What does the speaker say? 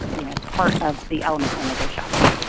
you know, part of the element when they go shopping.